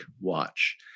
Watch